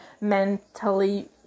mentally